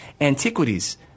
antiquities